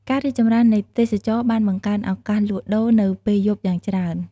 ការរីកចម្រើននៃទេសចរណ៍បានបង្កើនឱកាសលក់ដូរនៅពេលយប់យ៉ាងច្រើន។